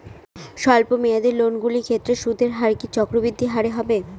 স্বল্প মেয়াদী লোনগুলির ক্ষেত্রে সুদের হার কি চক্রবৃদ্ধি হারে হবে?